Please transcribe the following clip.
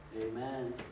Amen